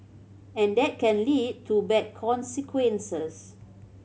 and that can lead to bad consequences